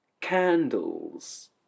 Candles